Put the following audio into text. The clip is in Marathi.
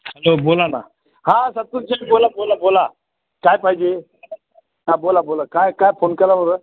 हॅलो बोला ना हां बोला बोला बोला काय पाहिजे हां बोला बोला काय काय फोन केला बरं